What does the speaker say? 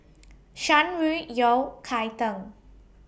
Shan Rui Yao Cai Tang